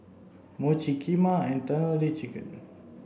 Mochi Kheema and Tandoori Chicken